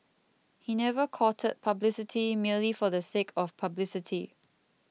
he never courted publicity merely for the sake of publicity